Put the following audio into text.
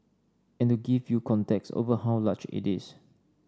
and to give you context over how large it is